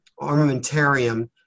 armamentarium